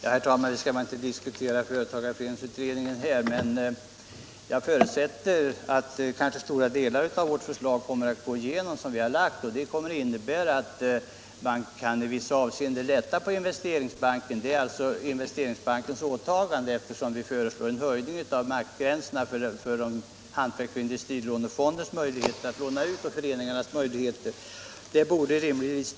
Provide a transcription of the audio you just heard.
Herr talman! Vi skall kanske inte diskutera företagarföreningsutredningen här, men jag förutsätter att stora delar av det förslag som vi där har lagt fram kommer att gå igenom. Det kommer att innebära att Investeringsbankens åtaganden i vissa avseenden kan minskas, eftersom vi föreslår en höjning av maxgränserna när det gäller företagarföreningarnas och hantverks och industrilånefondens möjligheter till utlåning.